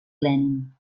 lenin